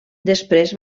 després